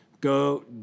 go